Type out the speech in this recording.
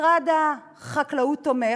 משרד החקלאות תומך,